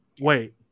wait